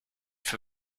for